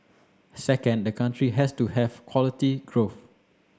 second the country has to have quality growth